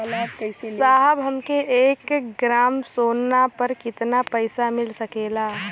साहब हमके एक ग्रामसोना पर कितना पइसा मिल सकेला?